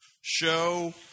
Show